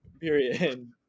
period